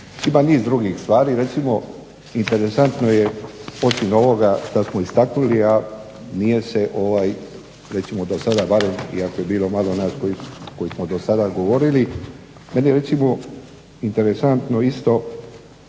Ima niz drugih stvari, recimo interesantno je osim ovoga šta smo istaknuli, a nije se recimo do sada barem, iako je bilo malo nas koji smo do sada govorili, meni je recimo interesantno isto